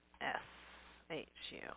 S-H-U